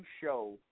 show